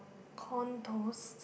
condos